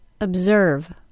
observe